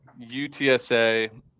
UTSA